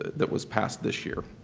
that was passed this year.